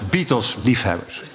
Beatles-liefhebbers